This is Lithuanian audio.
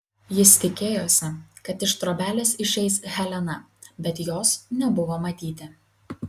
jis tikėjosi kad iš trobelės išeis helena bet jos nebuvo matyti